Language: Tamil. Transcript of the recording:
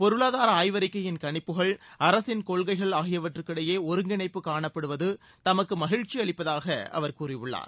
பொருளாதார ஆய்வறிக்கையின் கணிப்புகள் அரசின் கொள்கைகள் ஆகியவற்றுக்கிடையே ஒருங்கிணைப்பு காணப்படுவது தமக்கு மகிழ்ச்சி அளிப்பதாக அவர் கூறியுள்ளார்